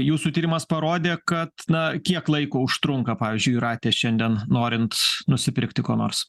jūsų tyrimas parodė kad na kiek laiko užtrunka pavyzdžiui jūrate šiandien norint nusipirkti ko nors